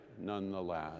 nonetheless